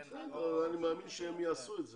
אני מאמין שהם יעשו את זה.